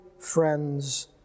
friends